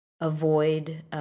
avoid